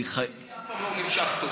אני חייב, ידידי ומכובדי אף פעם לא נמשך טוב.